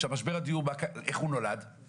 איך נולד משבר הדיור?